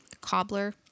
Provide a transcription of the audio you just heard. cobbler